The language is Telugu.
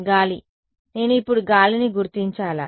గాలి నేను ఇప్పుడు గాలిని గుర్తించాలా